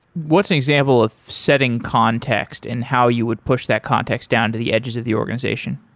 what's an example of setting context in how you would push that context down to the edges of the organization?